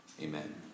amen